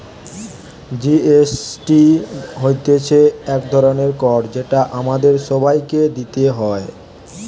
GST হতিছে এক ধরণের কর যেটা আমাদের সবাইকে দিতে হয়